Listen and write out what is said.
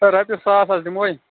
ہے رۄپیہِ ساس حظ دِمہوے